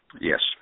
Yes